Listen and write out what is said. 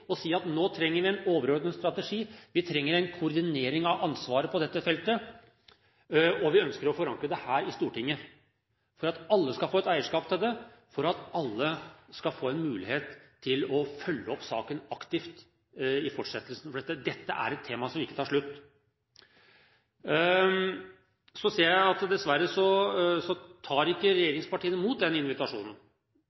si at nå trenger vi en overordnet strategi, vi trenger en koordinering av ansvar på dette feltet, og vi ønsker å forankre det her i Stortinget – for at alle skal få et eierskap til det, og for at alle skal få en mulighet til å følge opp saken aktivt i fortsettelsen – for dette er et tema som ikke tar slutt. Så ser jeg at regjeringspartiene dessverre ikke tar